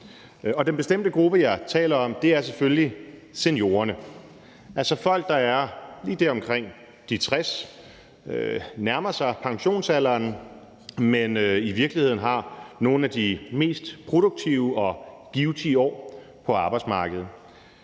Den bestemte gruppe, jeg taler om, er selvfølgelig seniorerne, altså folk, der er lige omkring de 60 år, nærmer sig pensionsalderen, men i virkeligheden har nogle af de mest produktive og givtige år tilbage på arbejdsmarkedet.